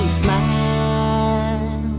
smile